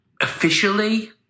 Officially